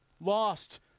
Lost